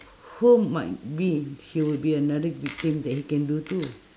who might be he will be another victim that he can do to